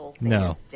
No